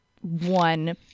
one